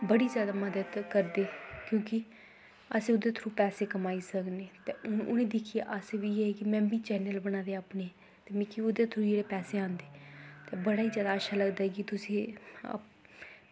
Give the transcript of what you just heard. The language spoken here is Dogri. बड़ी जादा मदद करदे क्योंकि अस ओह्दे थ्रू पैसे कमाई सकने ते उ'नें ई दिक्खियै अस बी एह् ऐ कि में बी चैनल बनाए दे न अपने ते मिगी बी ओह्दे थ्रू जेह्ड़े पैसे आंदे ते बड़ा ई जादा अच्छा लगदा कि तुस एह्